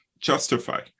Justify